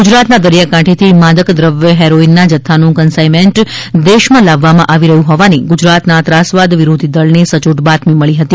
ગુજરાતના દરિયાકાંઠેથી માદક દ્રવ્ય હેરોઇનના જથ્થાનું કન્સાઇન્મેન્ટ દેશમાં લાવવામાં આવી રહ્યું હોવાની ગુજરાતના ત્રાસવાદ વિરોધી દળને સચોટ બાતમી મળી હતી